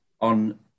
on